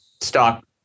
stock